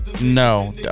No